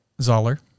Zoller